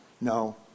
No